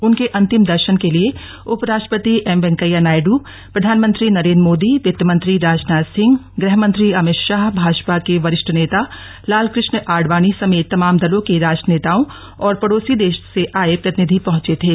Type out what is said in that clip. उनके अंतिम दर्शन के लिए उपराष्ट्रपति एम वेंकैया नायडू प्रधानमंत्री नरेंद्र मोदी वित्त मंत्री राजनाथ सिंह गृह मंत्री अभित शाह भाजपा के वरिष्ठ नेता लालकृष्ण आडवाणी समेत तमाम दलों के राजनेताओं और पड़ोसी देशों से आये प्रतिनिधि पहुंचे थे